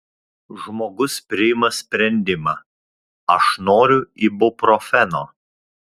žmogus priima sprendimą aš noriu ibuprofeno